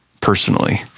personally